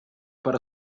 para